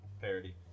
Parody